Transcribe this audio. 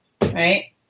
Right